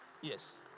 Yes